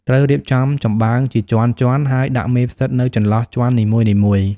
ត្រូវរៀបចំចំបើងជាជាន់ៗ ហើយដាក់មេផ្សិតនៅចន្លោះជាន់នីមួយៗ។